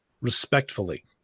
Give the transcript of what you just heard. respectfully